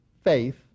faith